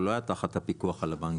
הוא לא היה תחת הפיקוח על הבנקים.